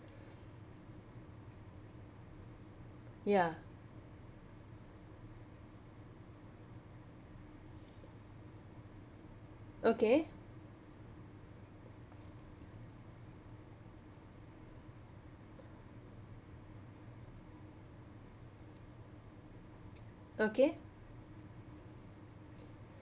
ya okay okay